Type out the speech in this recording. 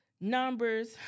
numbers